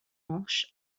manche